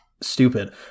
stupid